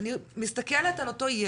אני מסתכלת על אותו ילד,